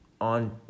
on